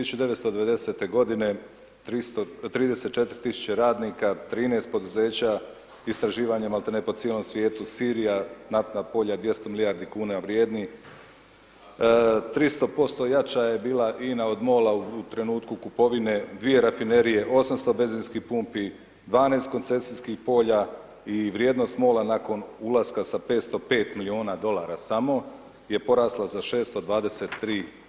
1990. godine 34 tisuće radnika, 13 poduzeća, istraživanje maltene po cijelom svijetu, Sirija, naftna polja, 200 milijardi kuna vrijednih, 300% jača je bila INA od MOL-a u trenutku kupovine, 2 rafinerije, 800 benzinskih pumpi, 12 koncesijskih polja i vrijednost MOL-a nakon ulaska sa 505 milijuna dolara samo je porasla za 623%